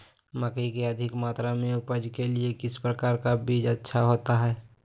मकई की अधिक मात्रा में उपज के लिए किस प्रकार की बीज अच्छा होता है?